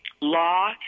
law